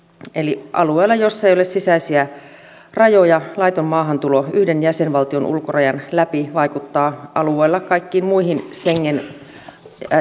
eli alueella jolla ei ole sisäisiä rajoja laiton maahantulo yhden jäsenvaltion ulkorajan läpi vaikuttaa kaikkiin muihin schengen jäsenvaltioihin